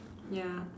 ya